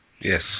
Yes